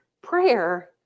prayer